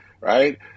Right